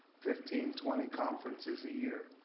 fifteen, twenty conferences a year.